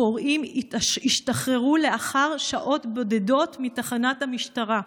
הפורעים השתחררו לאחר שעות בודדות מתחנת המשטרה.